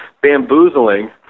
bamboozling